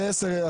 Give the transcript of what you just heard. אלה 10 הצבעות.